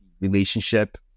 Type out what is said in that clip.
relationship